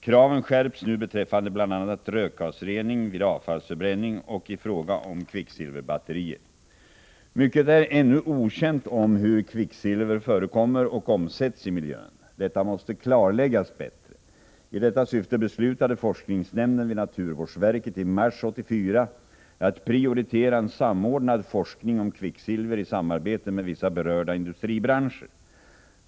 Kraven skärps nu beträffande bl.a. rökgasrening vid avfallsförbränning och i fråga om kvicksilverbatterier. Mycket är ännu okänt om hur kvicksilver förekommer och omsätts i miljön. Detta måste klarläggas bättre. I detta syfte beslutade forskningsnämnden vid naturvårdsverket i mars 1984 att prioritera en samordnad forskning om kvicksilver i samarbete med vissa berörda industribranscher.